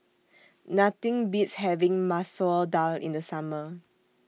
Nothing Beats having Masoor Dal in The Summer